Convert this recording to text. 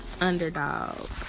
underdog